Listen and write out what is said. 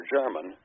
German